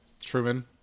Truman